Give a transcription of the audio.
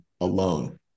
alone